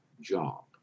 job